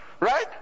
Right